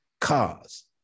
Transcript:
cars